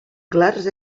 clars